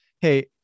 hey